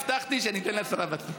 הבטחתי שאני אתן לשרה בעצמה.